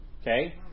Okay